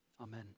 Amen